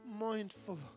mindful